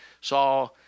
saw